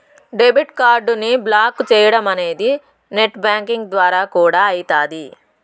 debit కార్డుని block చేయడమనేది net banking ద్వారా కూడా అయితాది